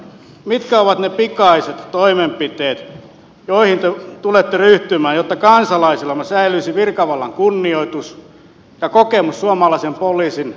mitkä ovat ne pikaiset toimenpiteet joihin te tulette ryhtymään jotta kansalaisillamme säilyisi virkavallan kunnioitus ja kokemus suomalaisen poliisin luotettavuudesta ja lahjomattomuudesta